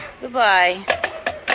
Goodbye